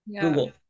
google